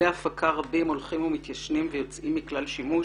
כלי הפקה רבים הולכים ומתיישנים ויוצאים מכלל שימוש